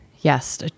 Yes